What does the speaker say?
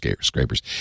scrapers